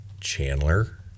Chandler